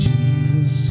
Jesus